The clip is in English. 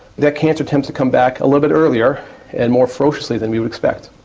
their cancer tends to come back a little bit earlier and more ferociously than we would expect.